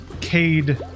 Cade